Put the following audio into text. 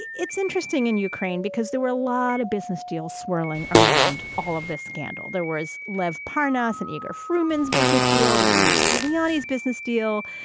it's interesting in ukraine because there were a lot of business deals swirling around all of this scandal. there was lev parnas and eger friedman's business deal that were rudy giuliani's business deal.